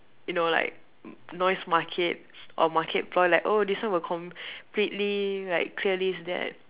you know like noise market or market ploy like oh this one will completely like clear this and that